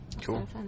Cool